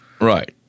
Right